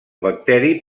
bacteri